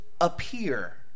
appear